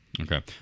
Okay